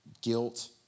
guilt